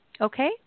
Okay